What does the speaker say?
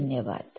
धन्यवाद